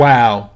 Wow